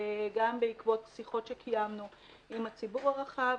גם בעקבות שיחות שקיימנו עם הציבור הרחב,